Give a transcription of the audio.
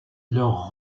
leur